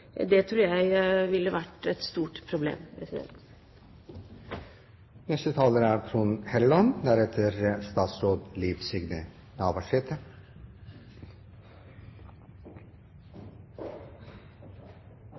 Det tror jeg ville vært et stort problem.